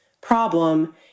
problem